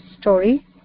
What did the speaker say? story